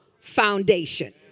foundation